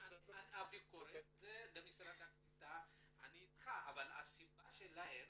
הביקורת זה למשרד הקליטה, אני אתך, אבל הסיבה שלהם